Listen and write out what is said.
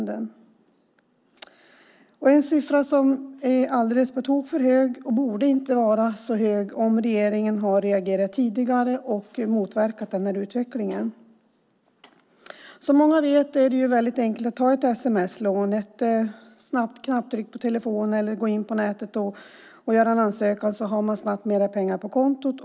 Det är en siffra som är på tok för hög. Den skulle inte ha varit så hög om regeringen hade reagerat tidigare och motverkat utvecklingen. Som många vet är det väldigt enkelt att ta ett sms-lån. Med en snabb knapptryckning på telefonen eller en ansökan på nätet har man snart mer pengar på kontot.